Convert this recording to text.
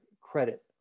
credit